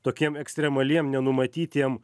tokiem ekstremaliem nenumatytiem